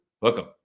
Welcome